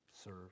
serve